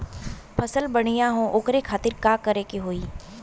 फसल बढ़ियां हो ओकरे खातिर का करे के होई?